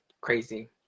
crazy